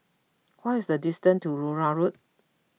what is the distance to Larut Road